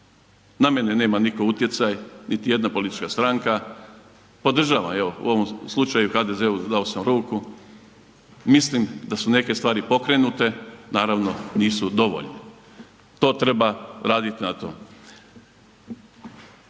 na mene nema nitko utjecaj niti jedna politička stranka, podržavam evo u ovom slučaju HDZ-u dao sam ruku, mislim da su neke stvari pokrenute, naravno nisu dovoljno. To treba raditi na tome.